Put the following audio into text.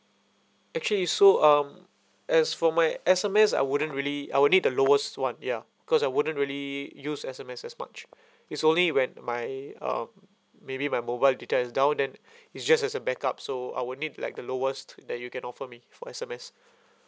actually so um as for my S_M_S I wouldn't really I will need the lowest one ya cause I wouldn't really use S_M_S as much it's only when my um maybe my mobile data is down then it's just as a backup so I will need like the lowest that you can offer me for S_M_S